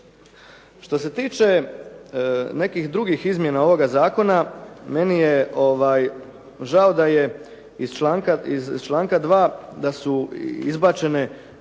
Što se tiče nekih drugih izmjena ovoga zakona meni je žao da je iz članka 2. da su izbačene vrijeđanje